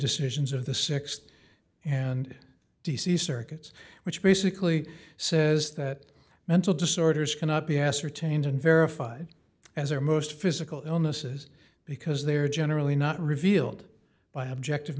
decisions of the th and d c circuits which basically says that mental disorders cannot be ascertained and verified as are most physical illnesses because they are generally not revealed by objective